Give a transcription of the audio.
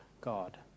God